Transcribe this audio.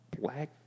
black